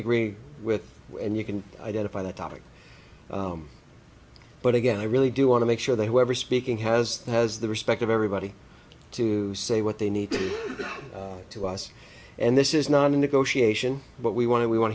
agree with you and you can identify the topic but again i really do want to make sure they were speaking has has the respect of everybody to say what they need to us and this is not a negotiation but we want to we want